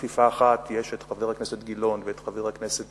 בכפיפה אחת יש חבר הכנסת גילאון וחבר הכנסת